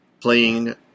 playing